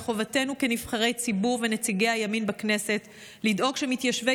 מחובתנו כנבחרי ציבור ונציגי הימין בכנסת לדאוג שמתיישבי